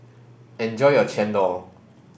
enjoy your Chendol